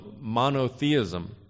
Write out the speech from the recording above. monotheism